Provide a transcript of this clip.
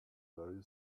very